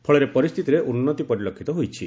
ଫଳରେ ପରିସ୍ଥିତିରେ ଉନ୍ନତି ପରିଲକ୍ଷିତ ହୋଇଛି